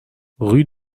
rue